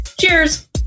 Cheers